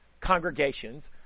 congregations